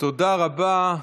תודה רבה.